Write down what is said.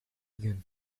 gün